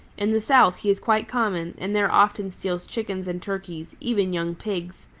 in the south he is quite common and there often steals chickens and turkeys, even young pigs.